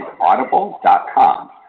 Audible.com